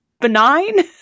benign